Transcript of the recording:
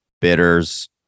bitters